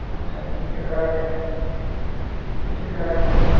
अच्छा किससे कराते हैं किससे कराते हैं